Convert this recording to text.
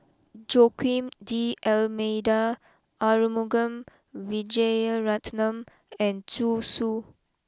Joaquim D Almeida Arumugam Vijiaratnam and Zhu Xu